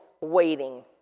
waiting